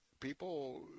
People